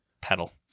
pedal